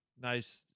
nice